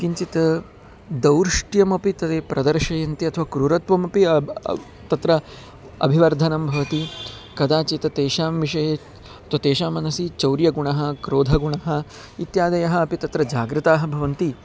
किञ्चित् दौर्ष्ट्यमपि तदे प्रदर्शयन्ति अथवा क्रुरत्वमपि तत्र अभिवर्धनं भवति कदाचित् तेषां विषये तु तेषां मनसि चौर्यगुणः क्रोधगुणः इत्यादयः अपि तत्र जागृताः भवन्ति